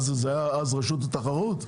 זה היה אז רשות התחרות?